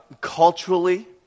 Culturally